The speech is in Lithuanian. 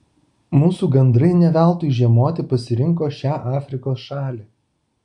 mūsų gandrai ne veltui žiemoti pasirinko šią afrikos šalį